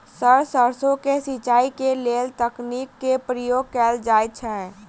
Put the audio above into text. Sir सैरसो केँ सिचाई केँ लेल केँ तकनीक केँ प्रयोग कैल जाएँ छैय?